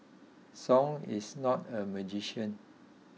Song is not a magician